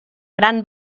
gran